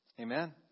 Amen